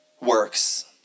works